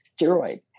steroids